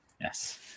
yes